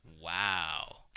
Wow